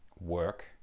work